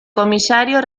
comisario